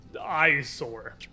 eyesore